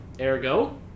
ergo